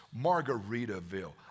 Margaritaville